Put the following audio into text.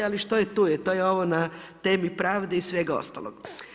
Ali što je tu je, to je ovo na temi pravdi i svega ostalog.